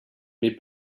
mais